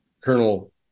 Colonel